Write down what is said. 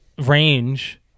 range